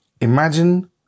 Imagine